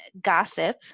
gossip